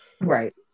Right